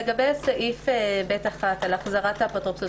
לגבי סעיף (ב)(1) על החזרת האפוטרופסות,